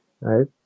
Right